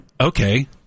okay